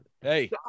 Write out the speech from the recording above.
Hey